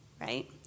right